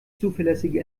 zuverlässige